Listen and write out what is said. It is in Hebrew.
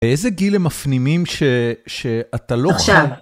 באיזה גיל הם מפנימים שאתה לא... עכשיו.